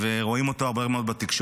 רואים אותו הרבה מאוד בתקשורת,